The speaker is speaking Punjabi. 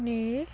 ਨੇ